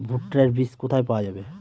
ভুট্টার বিজ কোথায় পাওয়া যাবে?